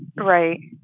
right.